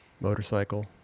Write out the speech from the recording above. Motorcycle